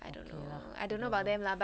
okay lah whatever